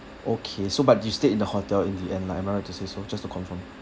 okay so but you stayed in the hotel in the end lah am I just to say so just to confirm